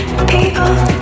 People